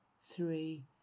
three